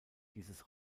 dieses